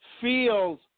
feels